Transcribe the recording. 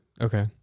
Okay